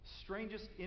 Strangest